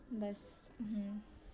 बस हँ